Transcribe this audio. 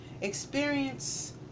experience